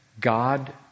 God